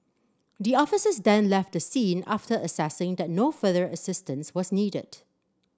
the officers then left the scene after assessing that no further assistance was needed